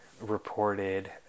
reported